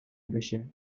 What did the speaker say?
بشه